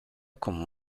como